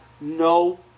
no